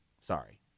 Sorry